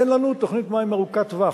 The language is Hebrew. אין לנו תוכנית מים ארוכת טווח,